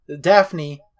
Daphne